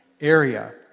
area